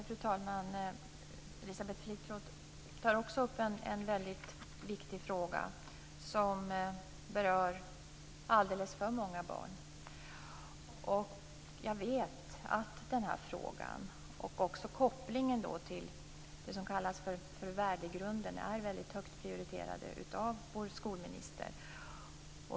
Fru talman! Elisabeth Fleetwood tar också upp en väldigt viktig fråga som berör alldeles för många barn. Jag vet att den här frågan och kopplingen till det som kallas värdegrunden är högt prioriterat av vår skolminister.